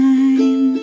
Time